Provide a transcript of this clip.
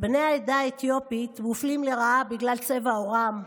בני העדה האתיופית מופלים לרעה בגלל צבע עורם,